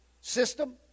system